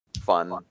fun